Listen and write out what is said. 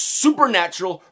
supernatural